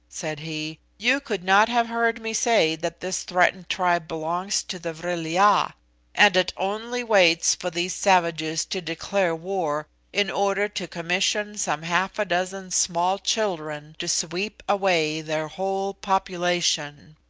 said he, you could not have heard me say that this threatened tribe belongs to the vril-ya and it only waits for these savages to declare war, in order to commission some half-a-dozen small children to sweep away their whole population.